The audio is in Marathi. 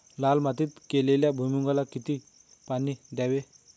लाल मातीत केलेल्या भुईमूगाला किती पाणी द्यावे?